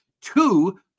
two